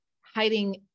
hiding